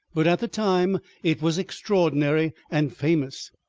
but at the time it was extraordinary and famous,